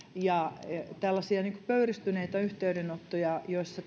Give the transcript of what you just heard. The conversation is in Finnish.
tällaisia pöyristyneitä yhteydenottoja joissa